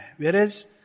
Whereas